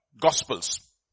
gospels